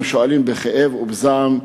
הם שואלים בכאב ובזעם,